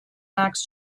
max